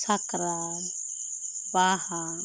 ᱥᱟᱠᱨᱟᱛ ᱵᱟᱦᱟ